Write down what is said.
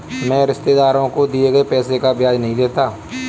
मैं रिश्तेदारों को दिए गए पैसे का ब्याज नहीं लेता